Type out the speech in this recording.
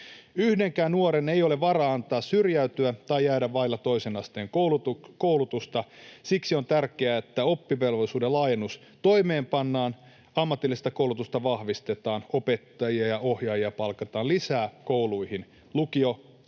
Yhdenkään nuoren ei ole varaa antaa syrjäytyä tai jäädä vaille toisen asteen koulutusta. Siksi on tärkeää, että oppivelvollisuuden laajennus toimeenpannaan, ammatillista koulutusta vahvistetaan, opettajia ja ohjaajia palkataan kouluihin lisää ja